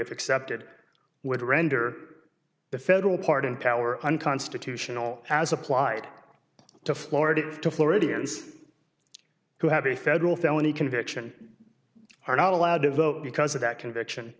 if accepted would render the federal pardon power unconstitutional as applied to florida to floridians who have a federal felony conviction are not allowed to vote because of that conviction